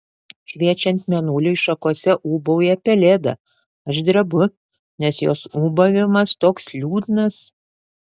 šviečiant mėnuliui šakose ūbauja pelėda aš drebu nes jos ūbavimas toks liūdnas